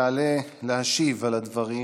יעלה להשיב על הדברים